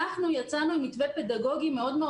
אנחנו יצאנו עם מתווה פדגוגי מאוד מאוד